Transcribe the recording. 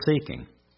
seeking